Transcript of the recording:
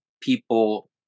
people